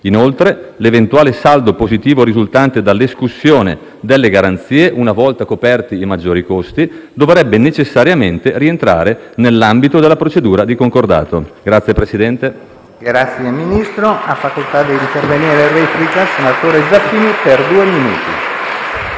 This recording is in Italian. Inoltre, l'eventuale saldo positivo risultante dall'escussione delle garanzie, una volta coperti i maggiori costi, dovrebbe necessariamente rientrare nell'ambito della procedura di concordato. *(Applausi dai Gruppi M5S e L-SP-PSd'Az)*. PRESIDENTE. Ha facoltà di intervenire in replica il senatore Zaffini, per due minuti.